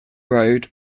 road